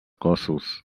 cossos